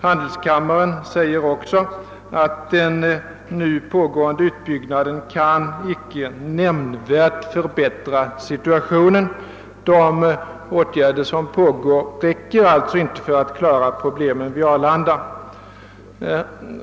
Handelskammaren skriver också att den nu pågående utbyggnaden inte nämnvärt kan förbättra situationen. De åtgärder som nu håller på att vidtagas räcker inte för att lösa problemen vid Arlanda.